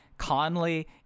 Conley